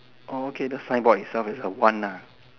orh okay the signboard itself is a one nah